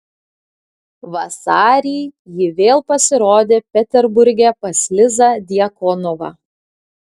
vasarį ji vėl pasirodė peterburge pas lizą djakonovą